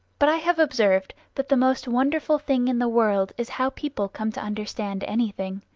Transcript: but i have observed that the most wonderful thing in the world is how people come to understand anything.